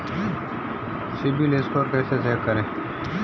CIBIL score कैसे check करें?